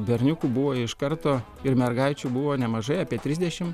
berniukų buvo iš karto ir mergaičių buvo nemažai apie trisdešim